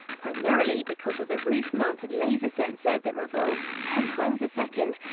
primarily because of the roof-mounted laser sensor that revolves ten times a second,